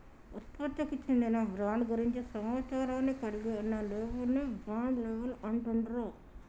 ఉత్పత్తికి చెందిన బ్రాండ్ గురించి సమాచారాన్ని కలిగి ఉన్న లేబుల్ ని బ్రాండ్ లేబుల్ అంటుండ్రు